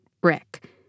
Brick